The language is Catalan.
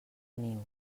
niu